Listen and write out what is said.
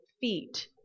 Feet